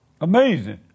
Amazing